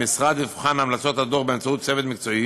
המשרד יבחן את המלצות הדוח באמצעות צוות מקצועי